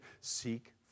seek